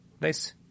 nice